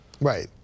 Right